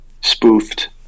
spoofed